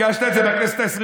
הגשת את זה בכנסת העשרים-ושלוש.